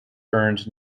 earned